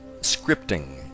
Scripting